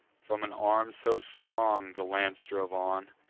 from an arm so strong, the lance drove on,